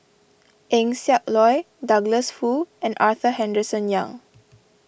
Eng Siak Loy Douglas Foo and Arthur Henderson Young